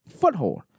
foothold